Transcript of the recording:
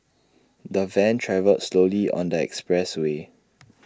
the van travelled slowly on the expressway